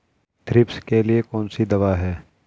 Thrips के लिए कौन सी दवा है?